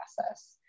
process